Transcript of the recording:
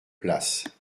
place